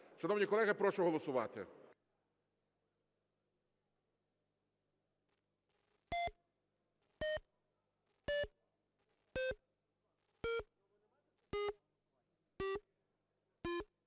Шановні колеги, прошу голосувати.